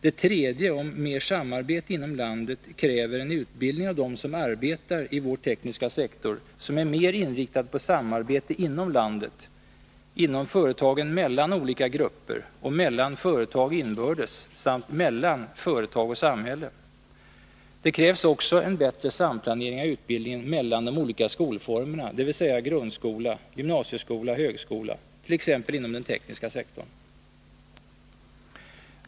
Det tredje, mer samarbete inom landet, kräver av dem som arbetar i vår tekniska sektor en utbildning, som är mer inriktad på samarbete inom landet, inom företagen mellan olika grupper, mellan företag inbördes samt mellan företag och samhälle. Det krävs också en bättre samplanering av utbildningen mellan de olika skolformerna, dvs. grundskola, gymnasieskola och högskola, t.ex. inom den tekniska sektorn.